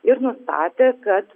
ir nustatė kad